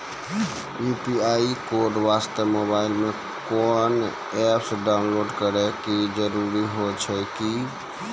UPI code वास्ते mobile मे कोय एप्प डाउनलोड करे के जरूरी होय छै की?